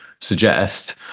suggest